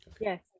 Yes